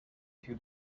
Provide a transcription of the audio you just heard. two